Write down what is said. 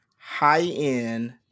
high-end